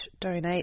donate